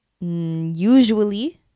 Usually